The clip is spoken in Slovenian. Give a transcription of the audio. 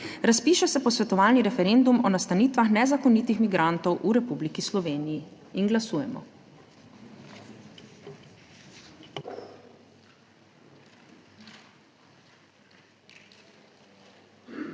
Razpiše se posvetovalni referendum o nastanitvah nezakonitih migrantov v Republiki Sloveniji. Glasujemo.